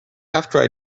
after